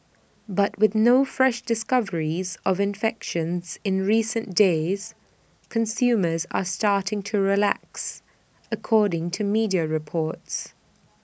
but with no fresh discoveries of infections in recent days consumers are starting to relax according to media reports